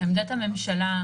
עמדת הממשלה,